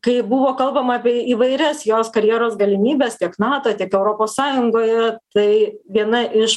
kai buvo kalbama apie įvairias jos karjeros galimybes tiek nato tiek europos sąjungoje tai viena iš